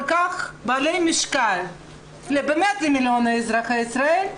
כל כך בעלי משקל למיליוני אזרחי ישראל,